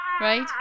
right